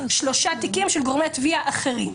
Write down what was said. ושלושה תיקים של גורמי תביעה אחרים.